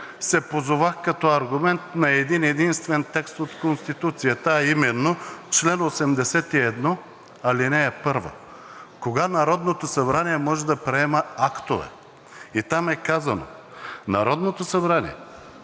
се позовах като аргумент на един-единствен текст от Конституцията, а именно чл. 81, ал. 1 – кога Народното събрание може да приема актове, и там е казано: „Народното събрание